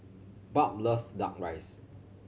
Barb loves Duck Rice